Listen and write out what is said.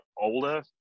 older